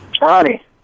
Ronnie